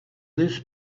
this